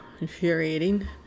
infuriating